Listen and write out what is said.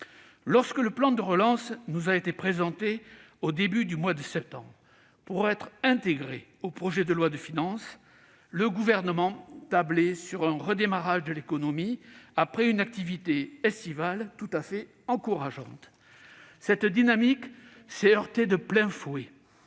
Lorsque le plan de relance nous a été présenté au début du mois de septembre pour être intégré au projet de loi de finances, le Gouvernement espérait un redémarrage de l'économie après une activité estivale tout à fait encourageante. Cette dynamique s'est heurtée de plein fouet